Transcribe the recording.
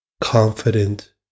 confident